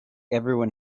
everyone